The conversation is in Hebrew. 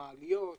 מעליות.